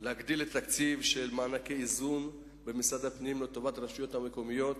להגדיל את תקציב מענקי האיזון במשרד הפנים לטובת הרשויות המקומיות,